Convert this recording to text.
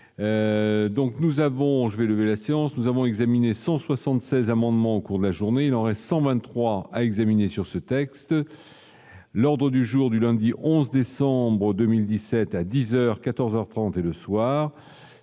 Donc, nous avons joué lever la séance, nous avons examiné 176 amendements cours la journée dans récent 23 à examiner sur ce texte. L'ordre du jour du lundi 11 décembre 2017 à 10 heures 14 heures 30 et le soir